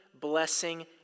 blessing